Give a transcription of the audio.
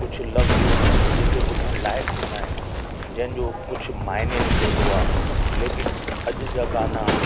कुझु लव्ज़ जेके ॿुधण लाइक़ु हूंदा आहिनि जंहिंजो कुझु माइने निकिरींदो आहे लेकिन अॼु जा गाना